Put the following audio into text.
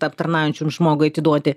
aptarnaujančiam žmogui atiduoti